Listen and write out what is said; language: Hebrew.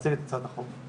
להציג את הצעת החוק.